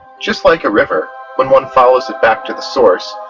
just like a river, when one follows it back to the source,